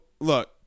look